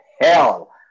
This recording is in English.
Hell